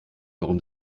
warum